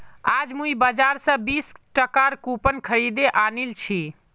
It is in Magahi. आज मुई बाजार स बीस टकार कूपन खरीदे आनिल छि